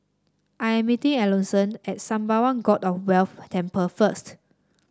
I am meeting Alonso at Sembawang God of Wealth Temple first